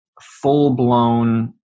full-blown